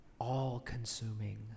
all-consuming